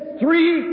three